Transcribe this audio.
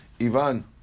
Ivan